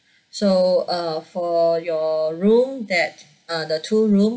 so uh for your room that uh the two room